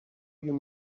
you